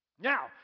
Now